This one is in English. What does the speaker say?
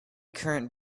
current